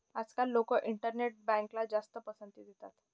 आजकाल लोक इंटरनेट बँकला जास्त पसंती देतात